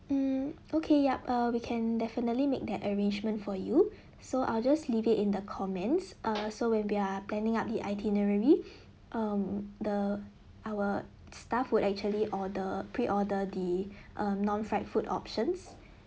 mm okay yup err we can definitely make that arrangement for you so I'll just leave it in the comments err so when we are planning up the itinerary um the our staff would actually order pre order the non fried food options